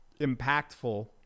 impactful